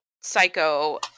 Psycho